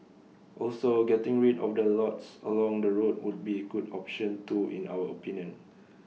also getting rid of the lots along the roads would be good option too in our opinion